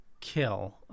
kill